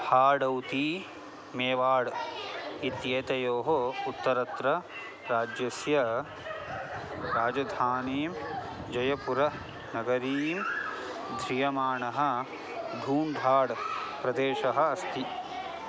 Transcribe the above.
फाडौती मेवाड् इत्येतयोः उत्तरत्र राज्यस्य राजधानीं जयपुरनगरीं ध्रियमाणः धूम्धाड् प्रदेशः अस्ति